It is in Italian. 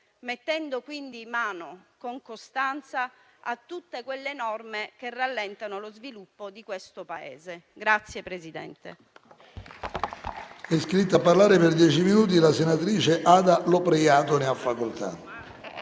mettendo quindi mano con costanza a tutte quelle norme che rallentano lo sviluppo di questo Paese.